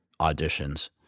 auditions